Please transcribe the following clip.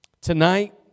Tonight